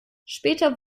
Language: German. später